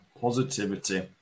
Positivity